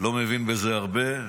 לא מבין בזה הרבה,